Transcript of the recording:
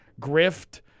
grift